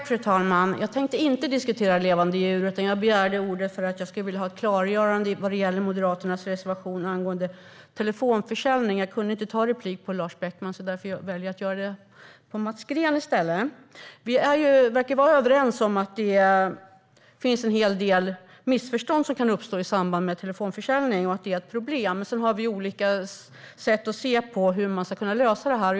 Fru talman! Jag tänkte inte diskutera levande djur, utan jag begärde ordet för att jag skulle vilja ha ett klargörande när det gäller Moderaternas reservation angående telefonförsäljning. Jag kunde inte ta replik på Lars Beckman, så därför väljer jag att göra det på Mats Green i stället. Vi verkar vara överens om att det finns en hel del missförstånd som kan uppstå i samband med telefonförsäljning och att det är ett problem. Sedan har vi olika sätt att se på hur man ska kunna lösa detta.